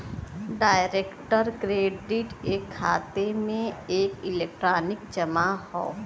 direct credit एक खाते में एक इलेक्ट्रॉनिक जमा हौ